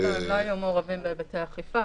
הם לא היו מעורבים בהיבטי אכיפה.